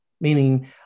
Meaning